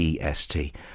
EST